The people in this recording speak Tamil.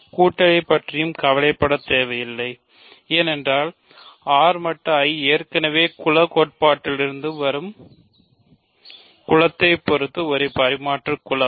கூட்டலை பற்றியும் கவலைப்படத் தேவையில்லை ஏனென்றால் R மட்டு I ஏற்கனவே குலம் கோட்பாட்டிலிருந்து வரும் கூட்டலை பொறுத்து ஒரு பரிமாற்று குலம்